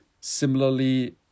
similarly